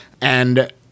and-